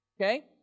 Okay